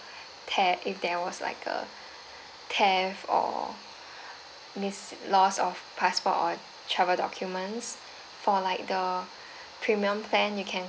theft if there was like a theft or miss loss of passport or travel documents for like the premium plan you can